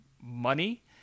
money